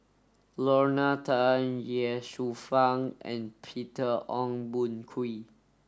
Lorna Tan Ye Shufang and Peter Ong Boon Kwee